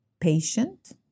patient